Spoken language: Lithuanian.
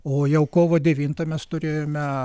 o jau kovo devintą mes turėjome